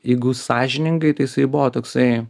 jeigu sąžiningai tai jisai buvo toksai